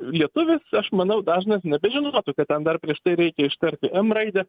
lietuvis aš manau dažnas nebežinotų kad ten dar prieš tai reikia ištarti m raidę